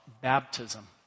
baptism